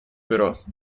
бюро